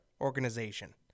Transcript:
organization